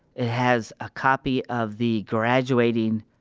it has a copy of the graduating,